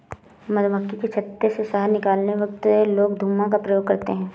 मधुमक्खी के छत्ते से शहद निकलते वक्त लोग धुआं का प्रयोग करते हैं